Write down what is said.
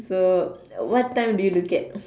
so what time do look at